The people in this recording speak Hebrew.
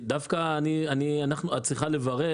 את צריכה לברך,